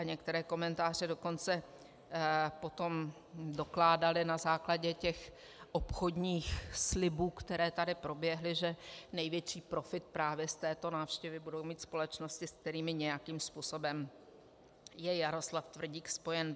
Některé komentáře dokonce potom dokládaly na základě obchodních slibů, které tady proběhly, že největší profit z této návštěvy budou mít právě společnosti, se kterými nějakým způsobem je Jaroslav Tvrdík spojen.